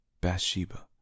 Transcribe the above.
Bathsheba